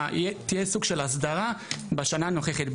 תהיה סוג של הסדרה בשנה הנוכחית,